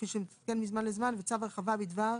כפי שמתעדכן מזמן לזמן; (2) צו הרחבה בדבר